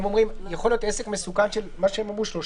הם אומרים שיכול להיות עסק מסוכן של שלושה